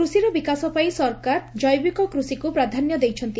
କୃଷିର ବିକାଶ ପାଇଁ ସରକାର ଜୈବିକ କୃଷିକୁ ପ୍ରାଧାନ୍ୟ ଦେଇଛନ୍ତି